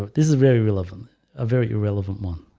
but this is very relevant a very irrelevant one